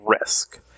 risk